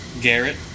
garrett